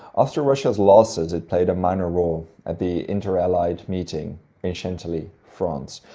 after russia's losses it played a minor role at the interallied meeting in chantilly, france,